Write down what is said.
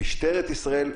שמשטרת ישראל,